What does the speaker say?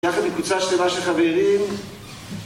יחד עם קבוצה שלמה של חברים